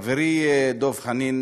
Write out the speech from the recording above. חברי דב חנין